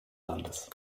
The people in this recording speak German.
landes